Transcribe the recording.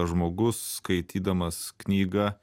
žmogus skaitydamas knygą